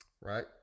Right